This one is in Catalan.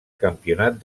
campionat